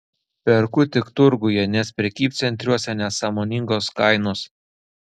perku tik turguje nes prekybcentriuose nesąmoningos kainos